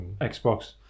Xbox